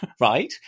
Right